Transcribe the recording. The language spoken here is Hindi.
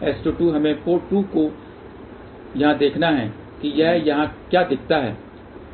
S22 हमें पोर्ट 2 को यहाँ देखना है कि यह यहाँ क्या दिखाता है